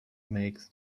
makes